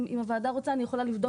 אם הוועדה רוצה, אני יכולה לבדוק.